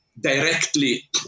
directly